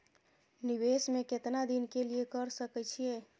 निवेश में केतना दिन के लिए कर सके छीय?